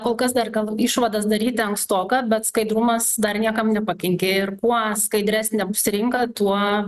kol kas dar gal išvadas daryti ankstoka bet skaidrumas dar niekam nepakenkė ir kuo skaidresnė bus rinka tuo